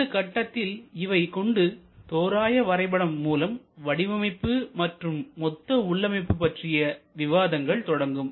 இந்த கட்டத்தில் இவை கொண்டு தோராய வரைபடம் மூலம் வடிவமைப்பு மற்றும் மொத்த உள்ளமைப்பு பற்றிய விவாதங்கள் தொடங்கும்